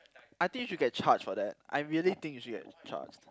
I think you should get charged for that I really think you should get charged